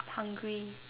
i'm hungry